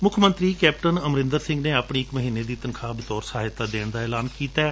ਮੁੱਖ ਮੰਤਰੀ ਕੈਪਟਨ ਅਮਰਿੰਦਰ ਸਿੰਘ ਨੇ ਆਪਣੀ ਇਕ ਮਹੀਨੇ ਦੀ ਤਨਖਾਹ ਬਤੌਰ ਸਹਾਇਤਾ ਦੇ ਦੇਣ ਦਾ ਐਲਾਨ ਕੀਤੈ